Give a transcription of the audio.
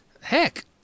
Heck